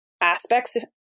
aspects